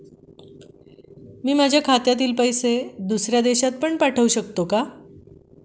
मी माझ्या खात्यातील पैसे दुसऱ्या देशात पण पाठवू शकतो का?